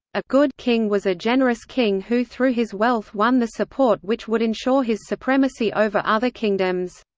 a good king was a generous king who through his wealth won the support which would ensure his supremacy over other kingdoms.